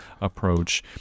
approach